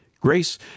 Grace